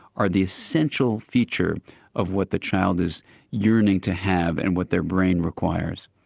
are the essential feature of what the child is yearning to have and what their brain requires.